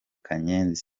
kanyenzi